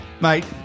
mate